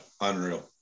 unreal